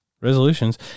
resolutions